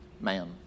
man